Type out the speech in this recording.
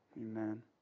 Amen